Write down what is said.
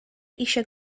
eisiau